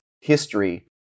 history